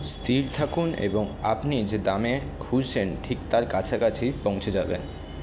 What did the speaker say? স্থির থাকুন এবং আপনি যে দামে খুঁজছেন ঠিক তার কাছাকাছি পৌঁছে যাবেন